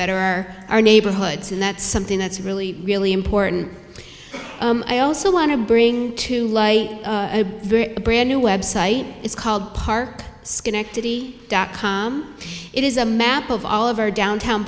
better our neighborhoods and that's something that's really really important i also want to bring to light a brand new website it's called park schenectady dot com it is a map of all of our downtown